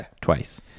twice